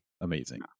amazing